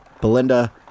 Belinda